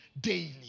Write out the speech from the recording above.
Daily